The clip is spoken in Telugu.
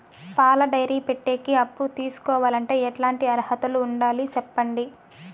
పాల డైరీ పెట్టేకి అప్పు తీసుకోవాలంటే ఎట్లాంటి అర్హతలు ఉండాలి సెప్పండి?